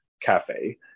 cafe